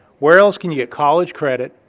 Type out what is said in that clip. where else can you get college credit,